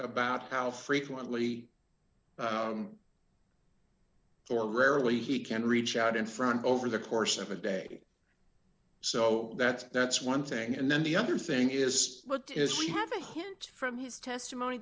about how frequently or rarely he can reach out in front over the course of a day so that's that's one thing and then the other thing is what it is we have a hint from his testimony